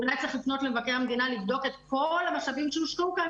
אולי צריך לפנות למבקר המדינה כדי לבדוק את כל המשאבים שהושקעו כאן